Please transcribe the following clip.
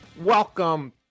Welcome